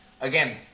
again